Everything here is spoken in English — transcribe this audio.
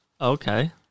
Okay